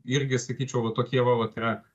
irgi sakyčiau va tokie va vat yra